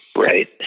Right